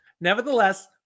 Nevertheless